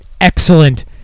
excellent